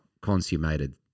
consummated